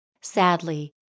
Sadly